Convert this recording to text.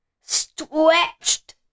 stretched